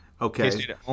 Okay